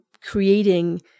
creating